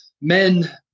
men